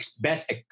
best